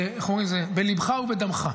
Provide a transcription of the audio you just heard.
איך אומרים, זה בליבך ובדמך.